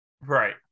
right